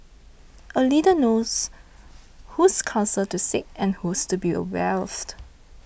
a leader knows whose counsel to seek and whose to be wary of